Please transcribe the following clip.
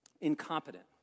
incompetent